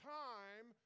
time